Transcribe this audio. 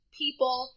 people